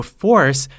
force